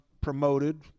promoted